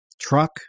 truck